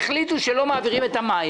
החליטו שלא מעבירים את המים